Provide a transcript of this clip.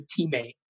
teammate